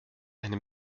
eine